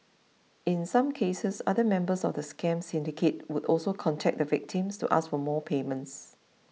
in some cases other members of the scam syndicate would also contact the victims to ask for more payments